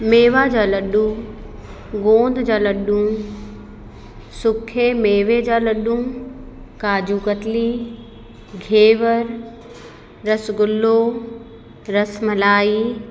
मेवा जा लॾूं गोंद जा लॾूं सुखे मेवे जा लॾूं काजू कतली घेवर रस्गुल्लो रसमलाई